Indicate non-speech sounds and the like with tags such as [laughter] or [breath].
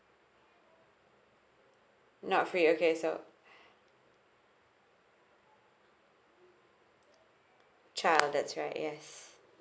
not free okay so [breath] child that's right yes